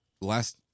last